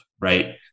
right